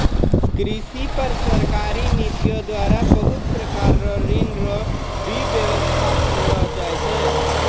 कृषि पर सरकारी नीतियो द्वारा बहुत प्रकार रो ऋण रो भी वेवस्था करलो छै